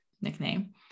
nickname